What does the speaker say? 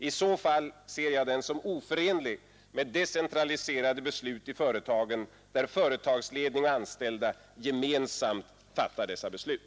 I så fall ser jag den som oförenlig med decentraliserade beslut i företagen, där företagsledning och anställda gemensamt fattar dessa beslut.